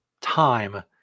time